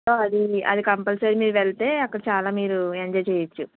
so అది అది compulsory మీరు వెళ్తే అక్కడ మీరు చాలా ఎంజాయ్ చేయొచ్చు